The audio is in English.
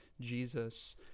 Jesus